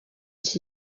iki